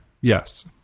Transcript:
Yes